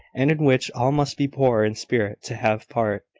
and in which all must be poor in spirit to have part.